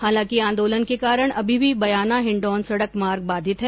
हालांकि आंदोलन के कारण अभी भी बयाना हिण्डौन सड़क मार्ग बाधित हैं